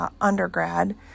undergrad